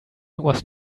was